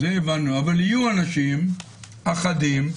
אבל יהיו אנשים אחדים,